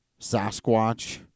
sasquatch